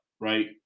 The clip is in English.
right